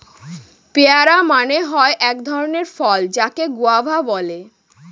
পেয়ারা মানে হয় এক ধরণের ফল যাকে গুয়াভা বলে